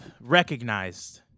recognized